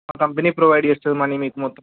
మా company provide చేస్తుంది money మీకు మొత్తం